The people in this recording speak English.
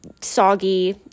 soggy